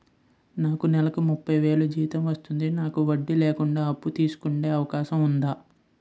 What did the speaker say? నాకు నేలకు ముప్పై వేలు జీతం వస్తుంది నాకు వడ్డీ లేకుండా అప్పు తీసుకునే అవకాశం ఉందా